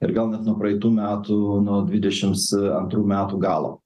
ir gal net nuo praeitų metų nuo dvidešims antrų metų galo